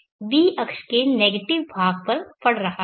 यह b अक्ष के नेगेटिव भाग पर पड़ रहा है